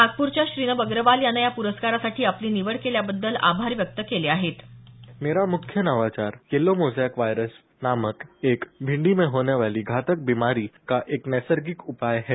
नागपूरच्या श्रीनभ अग्रवाल यानं या पुरस्कारासाठी आपली निवड केल्याबद्दल आभार व्यक्त केले आहेत मेरा मुख्य नवाचार किलोमोझॅक व्हायरस नामक एक भिंडी में होनेवाली घातक बिमारी का एक नैसर्गिक उपाय है